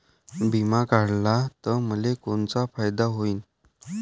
बिमा काढला त मले कोनचा फायदा होईन?